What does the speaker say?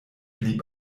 blieb